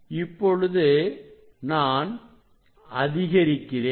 இப்பொழுது நான் அதிகரிக்கிறேன்